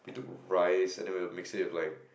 rice and then we will mix it with like